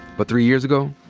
but three years ago.